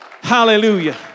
Hallelujah